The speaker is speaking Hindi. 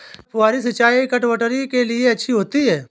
क्या फुहारी सिंचाई चटवटरी के लिए अच्छी होती है?